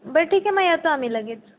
बरं ठीक आहे मग येतो आम्ही लगेच